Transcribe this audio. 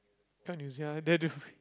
can't you there the